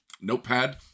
notepad